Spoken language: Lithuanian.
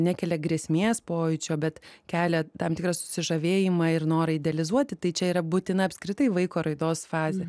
nekelia grėsmės pojūčio bet kelia tam tikrą susižavėjimą ir norą idealizuoti tai čia yra būtina apskritai vaiko raidos fazė